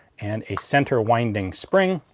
and a center winding spring,